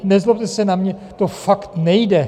Nezlobte se na mě, to fakt nejde.